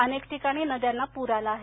अनेक ठिकाणी नद्यांना पूर आला आहे